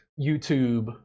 YouTube